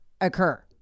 occur